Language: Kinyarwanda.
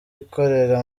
ikorera